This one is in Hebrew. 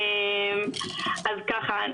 אז ככה,